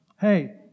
hey